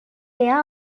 air